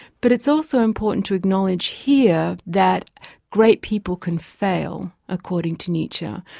but it's also important to acknowledge here that great people can fail, according to nietzsche,